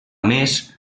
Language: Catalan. més